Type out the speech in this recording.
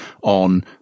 on